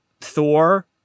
Thor